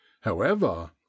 However